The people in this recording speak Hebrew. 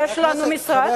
יש לנו משרד,